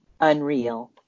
unreal